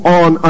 on